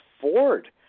Ford